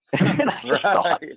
Right